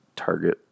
target